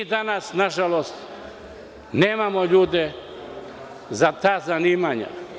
Danas, nažalost, nemamo ljude za ta zanimanja.